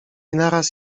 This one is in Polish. naraz